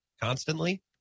constantly